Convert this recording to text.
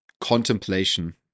contemplation